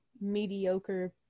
mediocre